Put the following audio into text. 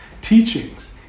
teachings